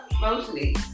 mostly